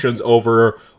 over